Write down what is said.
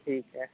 ਠੀਕ ਹੈ